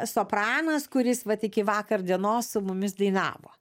sopranas kuris vat iki vakar dienos su mumis dainavo